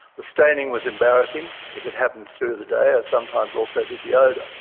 the staining was embarrassing if it happened through the day, as sometimes also did the odour.